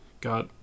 got